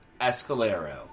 Escalero